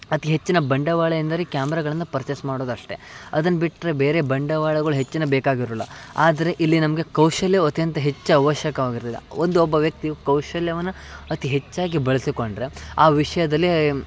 ಅತಿ ಹೆಚ್ಚಿನ ಬಂಡವಾಳ ಎಂದರೆ ಕ್ಯಾಮ್ರಾಗಳನ್ನು ಪರ್ಚೇಸ್ ಮಾಡುದು ಅಷ್ಟೇ ಅದನ್ನು ಬಿಟ್ಟರೆ ಬೇರೆ ಬಂಡವಾಳಗಳು ಹೆಚ್ಚೆನೂ ಬೇಕಾಗಿರೋಲ್ಲ ಆದರೆ ಇಲ್ಲಿ ನಮಗೆ ಕೌಶಲ್ಯವತೆ ಅಂತ ಹೆಚ್ಚು ಆವಶ್ಯಕವಾಗಿರೋಲ್ಲ ಒಂದು ಒಬ್ಬ ವ್ಯಕ್ತಿಯು ಕೌಶಲ್ಯವನ್ನ ಅತಿ ಹೆಚ್ಚಾಗಿ ಬಳಸಿಕೊಂಡ್ರೆ ಆ ವಿಷಯದಲ್ಲಿ